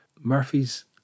Murphy's